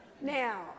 Now